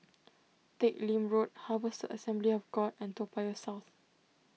Teck Lim Road Harvester Assembly of God and Toa Payoh South